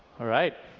all right.